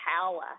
power